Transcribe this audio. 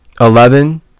Eleven